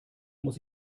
muss